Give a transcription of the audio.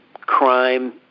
crime